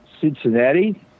Cincinnati